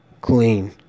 clean